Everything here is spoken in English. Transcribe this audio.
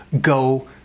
go